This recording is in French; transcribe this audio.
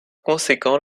conséquent